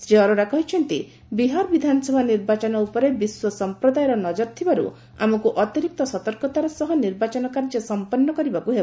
ଶ୍ରୀ ଅରୋଡା କହିଛନ୍ତି ବିହାର ବିଧାନସଭା ନିର୍ବାଚନ ଉପରେ ବିଶ୍ୱ ସମ୍ପ୍ରଦାୟର ନଜର ଥିବାରୁ ଆମକୁ ଅତିରିକ୍ତ ସତର୍କତାର ସହ ନିର୍ବାଚନ କାର୍ଯ୍ୟ ସମ୍ପନ୍ନ କରିବାକୁ ହେବ